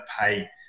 pay